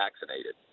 vaccinated